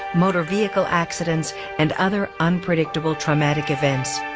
motor vehicle accidents, and other unpredictable traumatic events.